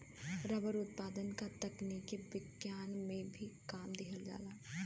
rubber उत्पादन क तकनीक विज्ञान में भी काम लिहल जाला